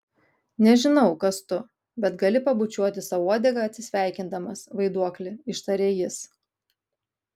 nežinau kas tu bet gali pabučiuoti sau uodegą atsisveikindamas vaiduokli ištarė jis